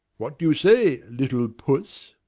what do you say, little puss?